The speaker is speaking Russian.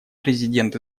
президент